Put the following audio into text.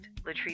Latrice